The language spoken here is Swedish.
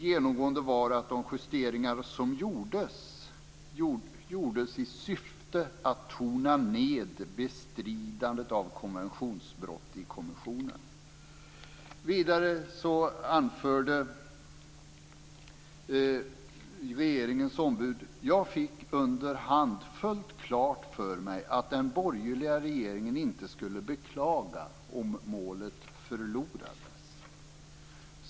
Genomgående var de justeringar som gjordes i syfte att tona ned bestridandet av konventionsbrott i kommissionen". Vidare anförde regeringens ombud: Jag fick under hand fullt klart för mig att den borgerliga regeringen inte skulle beklaga om målet förlorades.